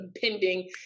pending